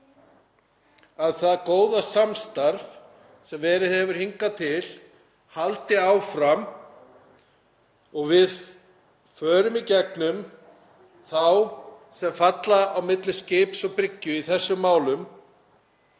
að það góða samstarf sem verið hefur hingað til haldi áfram og við finnum líka lausnir fyrir þá sem falla á milli skips og bryggju í þessum málum.